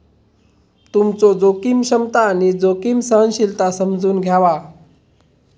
तुमचो जोखीम क्षमता आणि जोखीम सहनशीलता समजून घ्यावा